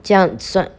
这样算